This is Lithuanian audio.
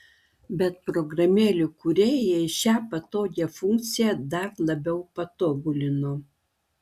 bet programėlių kūrėjai šią patogią funkciją dar labiau patobulino